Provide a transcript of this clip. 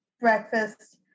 breakfast